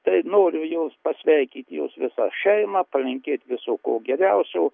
tai noriu jos pasveikyt jos visą šeimą palinkėt viso ko geriausio